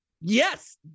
Yes